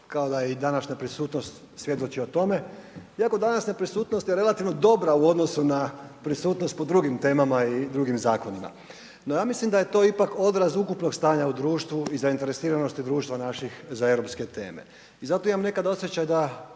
Kao da i današnja prisutnost svjedoči tome, iako današnja prisutnost je relativno dobra u odnosu na prisutnost po drugim temama i drugim zakonima. No ja mislim da je to ipak odraz ukupnog stanja u društvu i zainteresiranosti društva naših za europske teme. I zato ja imam nekad osjećaj da